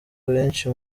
benshi